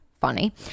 funny